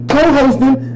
Co-hosting